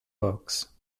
books